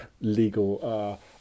legal